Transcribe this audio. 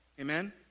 Amen